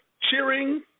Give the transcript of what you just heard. cheering